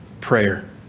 prayer